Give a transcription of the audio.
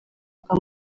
bwa